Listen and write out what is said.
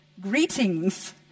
Greetings